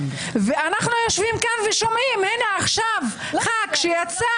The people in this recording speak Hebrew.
ואנחנו יושבים כאן ושומעים חבר כנסת שיצא